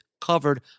covered